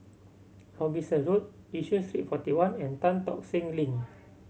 Robinson Road Yishun Street Forty One and Tan Tock Seng Link